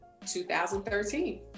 2013